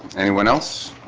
anyone else